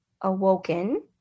awoken